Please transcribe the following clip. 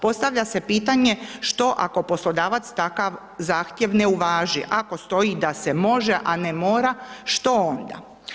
Postavlja se pitanje što ako poslodavac takav zahtjev ne uvaži, ako stoji da se može, a ne mora, što onda?